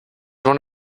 one